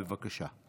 בבקשה.